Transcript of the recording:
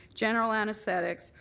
general anesthetics,